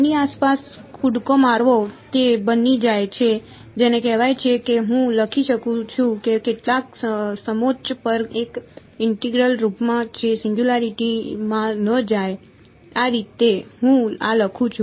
તેની આસપાસ કૂદકો મારવો તે બની જાય છે જેને કહેવાય છે હું લખી શકું છું કે કેટલાક સમોચ્ચ પર એક ઇન્ટેગ્રલ રૂપમાં જે સિંગયુંલારીટી માં ન જાય આ રીતે હું આ લખું છું